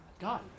God